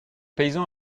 paysan